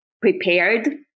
prepared